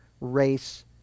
race